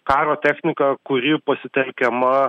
karo techniką kuri pasitelkiama